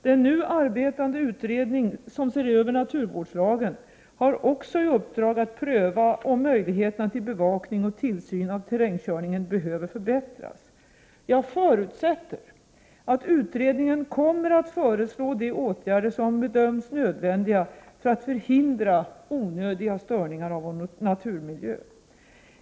Den nu arbetande utredningen som ser över naturvårdslagen har också i uppdrag att pröva om möjligheterna till bevakning och tillsyn av terrängkörningen behöver förbättras. Jag förutsätter att utredningen kommer att föreslå de åtgärder som bedöms nödvändiga för att förhindra onödiga störningar av vår naturmiljö.